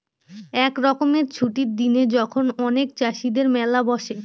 এক রকমের ছুটির দিনে যখন অনেক চাষীদের মেলা বসে